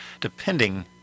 depending